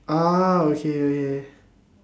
ah okay okay